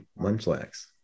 Munchlax